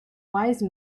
wise